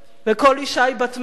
וכל אשה היא בת מלך,